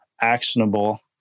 actionable